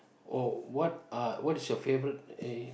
oh what are what is your favourite eh